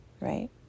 right